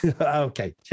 okay